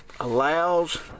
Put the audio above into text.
allows